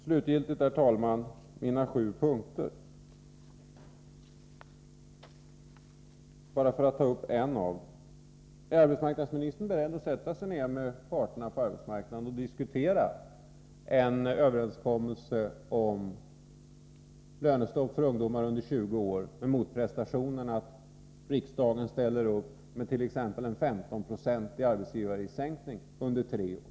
Slutligen, herr talman, vill jag bara ta upp en av mina sju punkter. Är arbetsmarknadsministern beredd att sätta sig ned med parterna på arbetsmarknaden och diskutera en överenskommelse om lönestopp för ungdomar under 20 år — med motprestationen att riksdagen ställer upp med t.ex. en 15-procentig arbetsgivaravgiftssänkning under tre år?